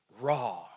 raw